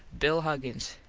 bill huggins.